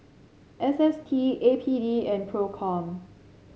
S S T A P D and Procom